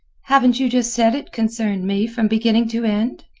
haven't you just said it concerned me from beginning to end?